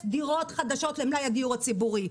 דירות חדשות למלאי הדיור הציבורי,